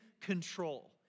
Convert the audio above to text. control